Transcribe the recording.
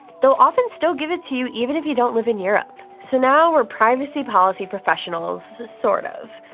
they'll often still give it to you even if you don't live in europe. so now we're privacy policy professionals, sort of.